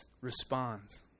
responds